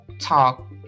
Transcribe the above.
talk